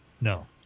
No